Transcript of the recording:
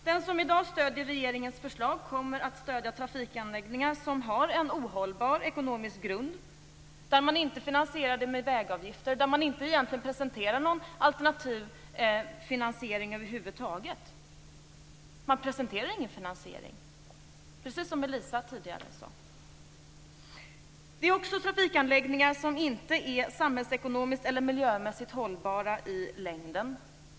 Den som i dag stöder regeringens förslag kommer att stödja trafikanläggningar som har en ohållbar ekonomisk grund och där man inte finansierar med vägavgifter och egentligen inte presenterar en alternativ finansiering över huvud taget. Man presenterar ingen finansiering, precis som Elisa Abascal Reyes tidigare sade. Vidare gäller det trafikanläggningar som i längden inte är vare sig samhällsekonomiskt eller miljömässigt hållbara.